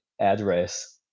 address